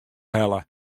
helle